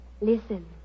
Listen